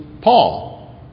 Paul